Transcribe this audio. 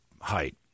height